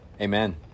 Amen